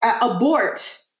abort